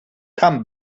come